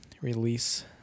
release